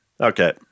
Okay